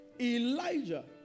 Elijah